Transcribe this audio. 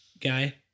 Guy